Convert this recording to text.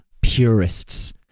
purists